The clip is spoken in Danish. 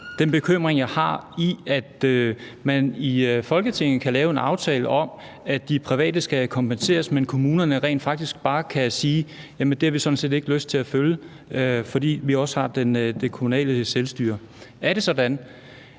en bekymring, jeg har, at man i Folketinget kan lave en aftale om, at de private skal kompenseres, men at kommunerne rent faktisk bare kan sige: Jamen det har vi sådan set ikke lyst til at følge, for vi har også det kommunale selvstyre? Er det sådan,